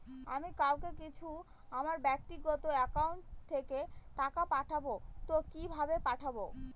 আমি কাউকে কিছু আমার ব্যাক্তিগত একাউন্ট থেকে টাকা পাঠাবো তো কিভাবে পাঠাবো?